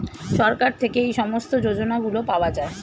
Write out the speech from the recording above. সরকার থেকে এই সমস্ত যোজনাগুলো পাওয়া যায়